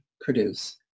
produce